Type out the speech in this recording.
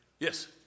Yes